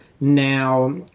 Now